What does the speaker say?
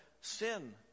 sin